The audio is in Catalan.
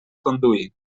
conduir